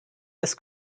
des